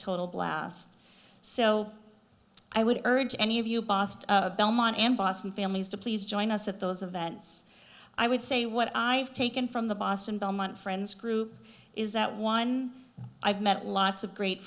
total blast so i would urge any of you bossed belmont and boston families to please join us at those events i would say what i've taken from the boston belmont friends group is that one i've met lots of great